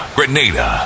Grenada